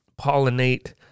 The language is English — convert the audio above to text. pollinate